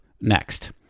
next